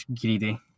greedy